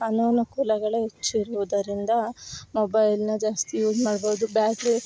ಅನಾನುಕೂಲಗಳೇ ಹೆಚ್ಚಿರುವುದರಿಂದ ಮೊಬೈಲ್ನ ಜಾಸ್ತಿ ಯೂಸ್ ಮಾಡಬಾರ್ದು ಬ್ಯಾಟ್ರಿ